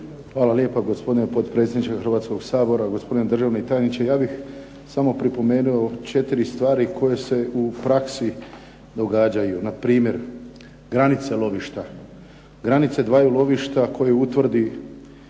Hvala lijepa, gospodine potpredsjedniče Hrvatskoga sabora. Gospodine državni tajniče. Ja bih samo pripomenuo četiri stvari koje se u praksi događaju, npr. granice lovišta. Granice dvaju lovišta koje utvrdi